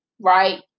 Right